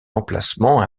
emplacement